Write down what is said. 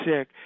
sick